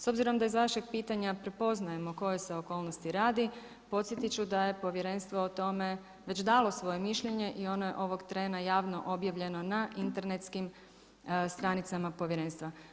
S obzirom da iz vašeg pitanja prepoznajemo o kojoj se okolnosti radi podsjetiti ću da je povjerenstvo o tome već dalo svoje mišljenje i ono je ovog trena javno objavljeno na internetskim stranicama povjerenstva.